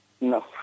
No